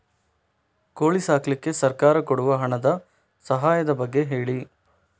ಕೋಳಿ ಸಾಕ್ಲಿಕ್ಕೆ ಸರ್ಕಾರ ಕೊಡುವ ಹಣದ ಸಹಾಯದ ಬಗ್ಗೆ ಹೇಳಿ